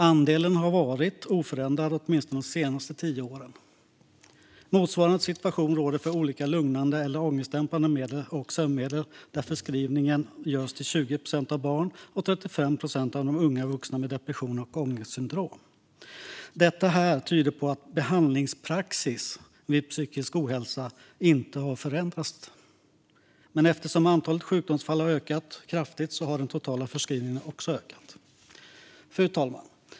Andelen har varit oförändrad åtminstone de senaste tio åren. Motsvarande situation råder för olika lugnande eller ångestdämpande medel och sömnmedel, där förskrivning görs till 20 procent av barn och 35 procent av unga vuxna vid depression och ångestsyndrom. Detta tyder på att behandlingspraxis vid psykisk ohälsa inte har förändrats. Men eftersom antalet sjukdomsfall har ökat kraftigt har den totala förskrivningen också ökat. Fru talman!